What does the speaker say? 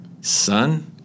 son